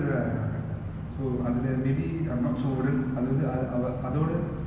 if you if you if you were to go and watch it in the cinema I I don't think you will regret it